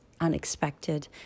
unexpected